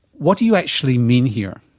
what do you actually mean here?